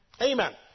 Amen